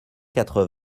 quatre